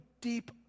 deep